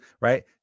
right